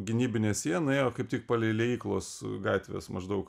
gynybinė siena ėjo kaip tik palei liejyklos gatvės maždaug